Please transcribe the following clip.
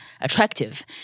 attractive